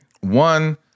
One